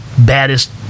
baddest